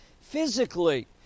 physically